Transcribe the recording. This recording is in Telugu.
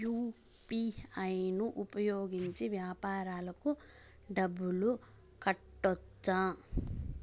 యు.పి.ఐ ను ఉపయోగించి వ్యాపారాలకు డబ్బులు కట్టొచ్చా?